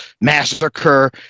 Massacre